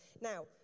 Now